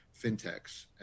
fintechs